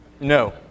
no